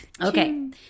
Okay